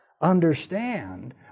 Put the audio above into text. understand